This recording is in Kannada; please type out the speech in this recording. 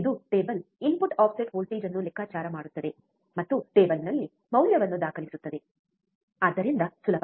ಇದು ಟೇಬಲ್ ಇನ್ಪುಟ್ ಆಫ್ಸೆಟ್ ವೋಲ್ಟೇಜ್ ಅನ್ನು ಲೆಕ್ಕಾಚಾರ ಮಾಡುತ್ತದೆ ಮತ್ತು ಟೇಬಲ್ನಲ್ಲಿ ಮೌಲ್ಯವನ್ನು ದಾಖಲಿಸುತ್ತದೆ ಆದ್ದರಿಂದ ಸುಲಭ